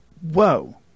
Whoa